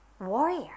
warrior